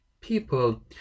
people